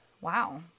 Wow